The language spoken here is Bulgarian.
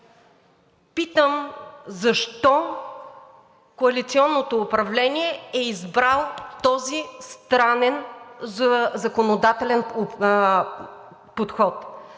питам защо коалиционното управление е избрало този странен законодателен подход,